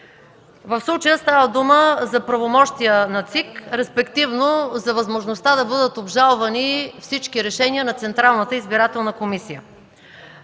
В случая става дума за правомощия на ЦИК, респективно за възможността да бъдат обжалвани всички решения на Централната избирателна комисия.